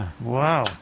Wow